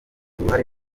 uruhare